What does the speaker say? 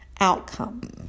outcome